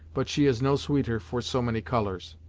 but she is no sweeter for so many colours.